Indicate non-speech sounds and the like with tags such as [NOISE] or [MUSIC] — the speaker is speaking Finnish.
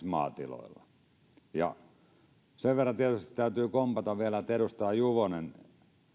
[UNINTELLIGIBLE] maatiloilla sen verran tietysti täytyy kompata vielä että edustaja juvonen